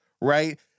right